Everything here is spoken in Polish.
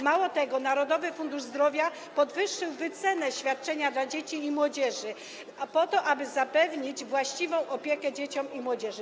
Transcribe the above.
Mało tego, Narodowy Fundusz Zdrowia podwyższył wycenę świadczenia dla dzieci i młodzieży po to, aby zapewnić właściwą opiekę dzieciom i młodzieży.